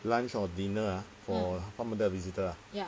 lunch or dinner ah for 他们的 visitor ah